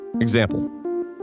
Example